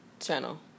channel